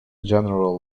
general